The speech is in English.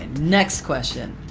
next question!